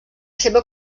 seva